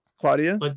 Claudia